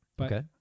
Okay